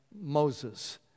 Moses